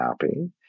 happy